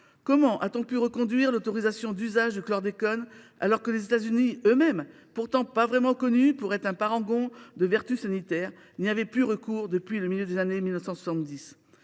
Comment a t on pu reconduire l’autorisation d’usage du chlordécone alors que les États Unis eux mêmes, qui ne sont pourtant pas vraiment connus pour être un parangon de vertu sanitaire, n’y avaient plus recours depuis le milieu des années 1970 ?